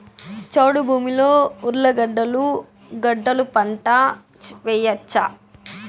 చౌడు భూమిలో ఉర్లగడ్డలు గడ్డలు పంట వేయచ్చా?